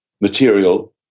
material